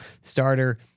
starter